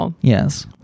Yes